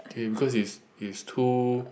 tame cause is it's too